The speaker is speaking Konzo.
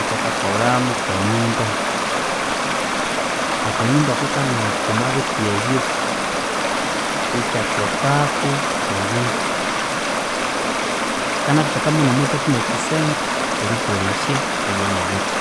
Ikyakakolhamu kanyumba, akanyumbaku ikanaku omwabithi ebyu, ikyathekaku olhukyu. Kyikanathekamu omwakathi nekyisenge erikolesya ibyanebithi.